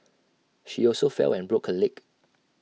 she also fell and broke her leg